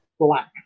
Black